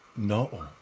No